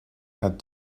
had